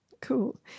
Cool